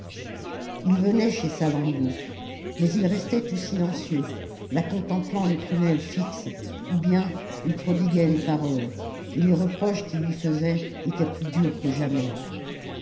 ii venait chez salammbô mais il restait tout silencieux la contemplant les prunelles fixes ou bien il prodiguait les paroles et les reproches qu'il lui faisait étaient plus durs que jamais